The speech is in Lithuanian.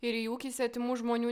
ir į ūkį svetimų žmonių